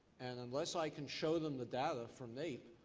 and unless i can show them the data from naep,